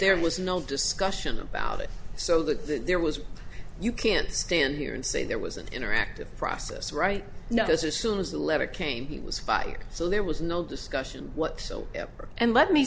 there was no discussion about it so there was you can't stand here and say there was an interactive process right knows as soon as the letter came he was fired so there was no discussion what so ever and let me